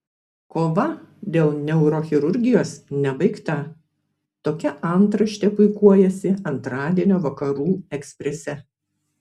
kova dėl neurochirurgijos nebaigta tokia antraštė puikuojasi antradienio vakarų eksprese